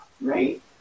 right